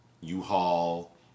U-Haul